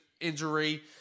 injury